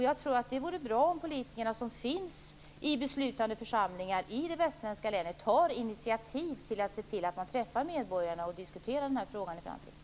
Jag tror att det vore bra om politikerna i de beslutande församlingarna i de västsvenska länen tog initiativ till att träffa medborgarna för att diskutera frågan i framtiden.